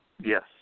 Yes